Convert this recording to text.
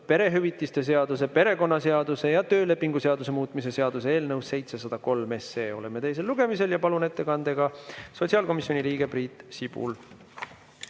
perehüvitiste seaduse, perekonnaseaduse ja töölepingu seaduse muutmise seaduse eelnõu 703. Oleme teisel lugemisel ja palun ettekandeks siia sotsiaalkomisjoni liikme Priit Sibula.